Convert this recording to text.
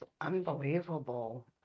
unbelievable